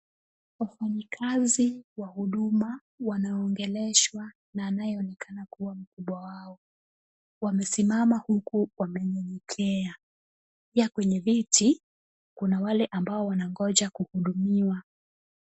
Wafanyakazi wa huduma wanaongeleshwa na anayeonekana kuwa mkubwa wao. Wamesimama huku wamenyenyekea. Pia kwenye viti kuna wale ambao wanangoja kuhudumiwa.